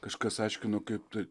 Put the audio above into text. kažkas aiškino kaip tai